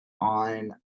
on